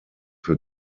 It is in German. für